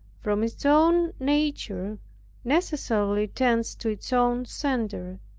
from its own nature necessarily tends to its own center,